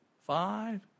five